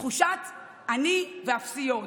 תחושת אני ואפסי עוד.